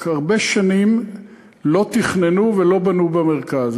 רק הרבה שנים לא תכננו ולא בנו במרכז,